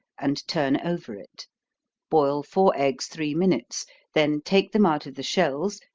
and turn over it boil four eggs three minutes then take them out of the shells,